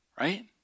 right